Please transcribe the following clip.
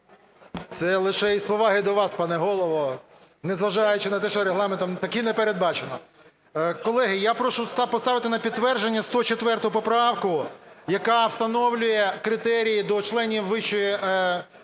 Це лише з поваги до вас, пане Голово, незважаючи на те, що Регламентом таки не передбачено. Колеги, я прошу поставити на підтвердження 104 поправку, яка встановлює критерії до членів Вищої